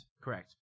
Correct